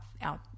out